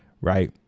Right